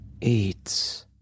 eats